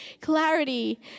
clarity